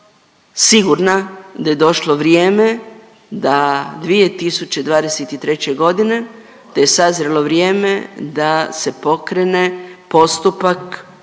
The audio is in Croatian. sigurna da je došlo vrijeme da 2023.g., da je sazrjelo vrijeme da se pokrene postupak